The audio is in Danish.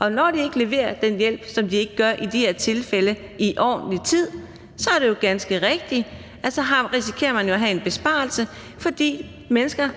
og når de ikke leverer den hjælp, som de ikke gør i de her tilfælde, i ordentlig tid, så er det jo ganske rigtigt, at man så risikerer at have en besparelse, fordi mennesker,